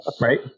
right